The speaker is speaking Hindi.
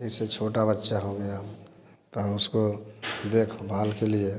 जैसे छोटा बच्चा हो गया तो उसको हम देख भाल के लिए